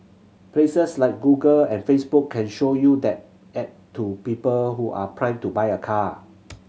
places like Google and Facebook can show you that ad to people who are primed to buy a car